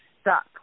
stuck